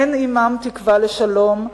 אין עמם תקווה לשלום,